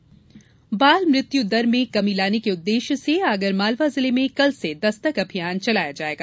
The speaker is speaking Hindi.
दस्तक अभियान बाल मृत्यु दर में कमी लाने के उद्देश्य से आगर मालवा जिले में कल से दस्तक अभियान चलाया जायेगा